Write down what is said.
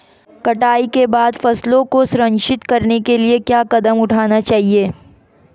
कटाई के बाद फसलों को संरक्षित करने के लिए क्या कदम उठाने चाहिए?